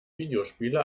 videospiele